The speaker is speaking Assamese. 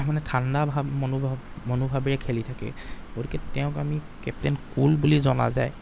মানে ঠাণ্ডা ভাব মনোভব মনোভাবেৰে খেলি থাকে গতিকে তেওঁক আমি কেপ্তেইন কুল বুলি জনা যায়